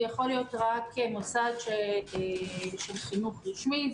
יכול להיות רק מוסד של חינוך רשמי.